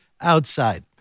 outside